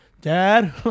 Dad